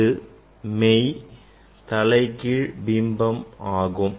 இது மெய் தலைகீழ் பிம்பம் ஆகும்